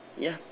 ya